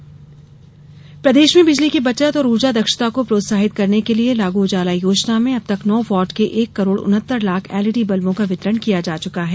बिजली योजना प्रदेश में बिजली की बचत और ऊर्जा दक्षता को प्रोत्साहित करने के लिये लागू उजाला योजना में अबतक नौ वाट के एक करोड़ उन्नहतर लाख एलईडी वल्बों का वितरण किया जा चुका है